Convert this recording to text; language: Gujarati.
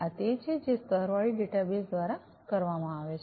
આ તે છે જે સ્તરવાળી ડેટાબેસ દ્વારા કરવામાં આવે છે